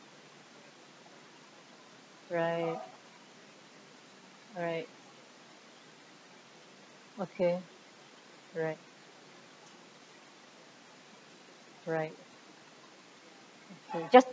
right alright okay right right just